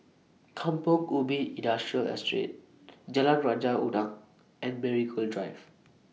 Kampong Ubi Industrial Estate Jalan Raja Udang and Marigold Drive